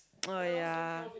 oh yeah